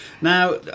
Now